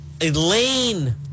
Elaine